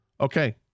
Okay